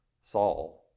Saul